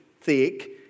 thick